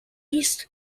east